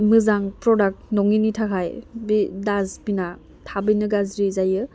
मोजां प्रडाक्ट नङिनि थाखाय बे डास्टबिना थाबैनो गाज्रि जायो